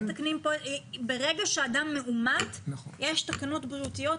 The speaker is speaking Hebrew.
ברגע שאדם מאומת, יש תקנות בריאותיות.